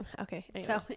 okay